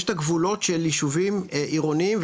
יש את הגבולות של יישובים עירוניים,